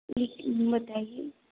लेकिन बताइए